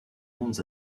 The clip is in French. mondes